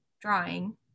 drawing